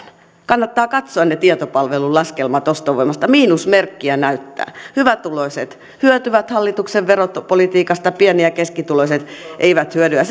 kannattaa katsoa ne tietopalvelun laskelmat ostovoimasta miinusmerkkiä näyttää hyvätuloiset hyötyvät hallituksen veropolitiikasta ja pieni ja keskituloiset eivät hyödy ja